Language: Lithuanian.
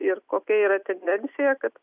ir kokia yra tendencija kad